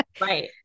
Right